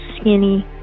skinny